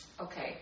Okay